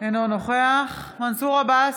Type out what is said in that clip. אינו נוכח מנסור עבאס,